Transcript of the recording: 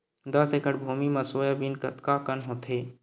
दस एकड़ भुमि म सोयाबीन कतका कन होथे?